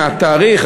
התאריך,